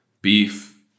beef